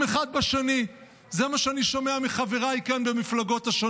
ולפני שאני אבקש מהכנסת לאשר את הצעת החוק בקריאות שנייה ושלישית,